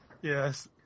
Yes